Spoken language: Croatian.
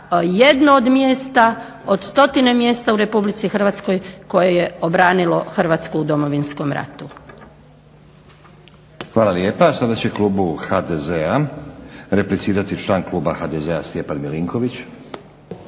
jedno od mjesta, od stotine mjesta u RH koje je obranilo Hrvatsku u Domovinskom ratu. **Stazić, Nenad (SDP)** Sada će Klubu HDZ-a replicirati član Kluba HDZ-a Stjepan Milinković.